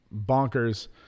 Bonkers